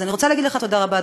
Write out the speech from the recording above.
אז אני רוצה להגיד לך תודה רבה,